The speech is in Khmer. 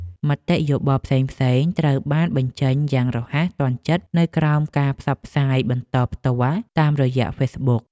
មតិយោបល់ផ្សេងៗត្រូវបានបញ្ចេញយ៉ាងរហ័សទាន់ចិត្តនៅក្រោមការផ្សាយបន្តផ្ទាល់តាមរយៈហ្វេសប៊ុក។